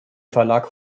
verlag